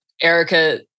Erica